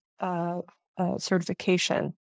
certification